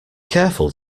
careful